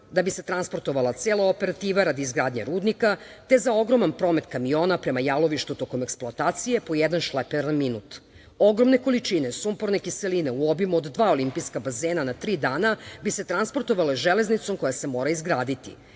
da bi se transportovala cela operativa radi izgradnje rudnika, te za ogroman promet kamiona prema Jalovištu tokom eksploatacije po jedan šleper na minut. Ogromne količine sumporne kiseline u obimu od dva olimpijska bazena na tri dana bi se transportovala železnicom koja se mora izgraditi.